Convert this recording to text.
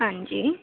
ਹਾਂਜੀ